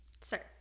sir